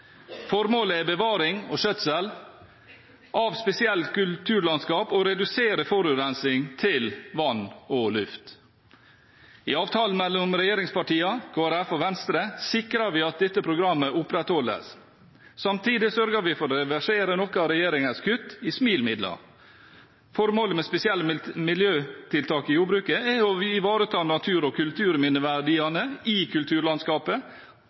Formålet er bevaring og skjøtsel av spesielle kulturlandskap og å redusere forurensning til vann og luft. I avtalen mellom regjeringspartiene, Kristelig Folkeparti og Venstre sikret vi at dette programmet opprettholdes. Samtidig sørget vi for å reversere noe av regjeringens kutt i SMIL-midlene. Formålet med spesielle miljøtiltak i jordbruket er å ivareta natur- og kulturminneverdiene i kulturlandskapet